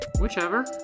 whichever